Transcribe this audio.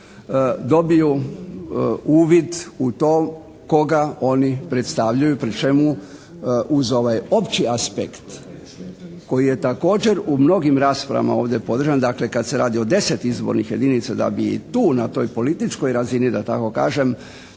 dobiju uvid u to koga oni predstavljaju, pri čemu uz ovaj opći aspekt koji je također u mnogim raspravama ovdje podržan, dakle kad se radi o 10 izbornih jedinica da bi i tu na toj političkoj razini da tako kažem